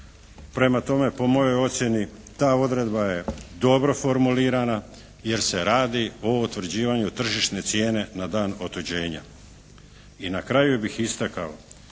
Prema tome po mojoj ocjeni ta odredba je dobro formulirana jer se radi o utvrđivanju tržišne cijene na dan otuđenja. I na kraju bih istakao